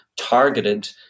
targeted